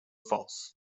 false